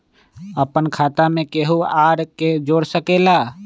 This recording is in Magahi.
अपन खाता मे केहु आर के जोड़ सके ला?